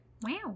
Wow